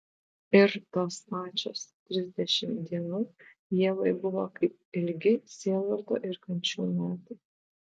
ir tos pačios trisdešimt dienų ievai buvo kaip ilgi sielvarto ir kančių metai